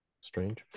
Strange